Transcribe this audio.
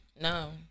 No